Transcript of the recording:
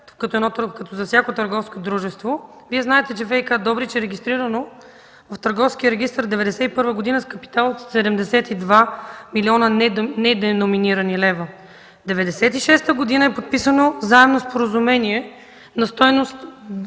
сайта, за всяко търговско дружество. Вие знаете, че ВиК Добрич е регистрирано в Търговския регистър през 1991 г. с капитал от 72 милиона неденоминирани лева. През 1996 г. е подписано заемно споразумение на стойност